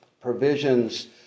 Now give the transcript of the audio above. provisions